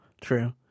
true